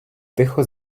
тихо